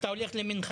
אתה הולך למנחה?